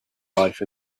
life